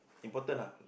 important lah